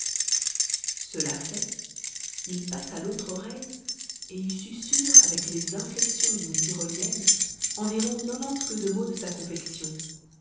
cela fait il passe à l'autre oreille et y susurre avec les inflexions d'une tyrolienne environ nonante queues de mots de sa confection